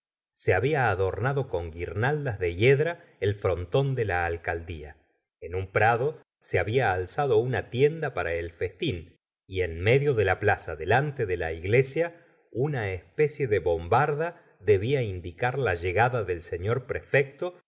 se había adornado con guirnaldas de yedra el frontón de la alcaldía en un prado se había alzado una tienda para el festín y en medio de la plaza delante de la iglesia una especie de bombarda debía indicar la llegada del señor prefecto